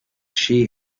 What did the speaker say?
she